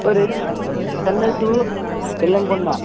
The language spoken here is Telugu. ఈ రైలు చెన్నై టు బేల్లంకొండ